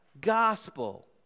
gospel